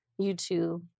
YouTube